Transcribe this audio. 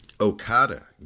Okada